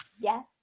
Yes